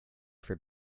for